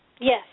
Yes